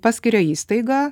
paskiria įstaigą